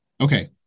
Okay